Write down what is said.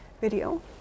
video